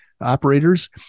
operators